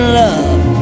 love